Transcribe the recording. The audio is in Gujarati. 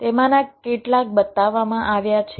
તેમાંના કેટલાક બતાવવામાં આવ્યા છે